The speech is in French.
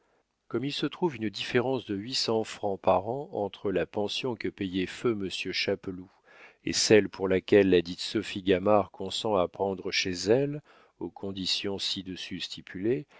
comme il se trouve une différence de huit cents francs par an entre la pension que payait feu monsieur chapeloud et celle pour laquelle ladite sophie gamard consent à prendre chez elle aux conditions ci-dessus stipulées